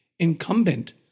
incumbent